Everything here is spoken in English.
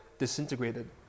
Disintegrated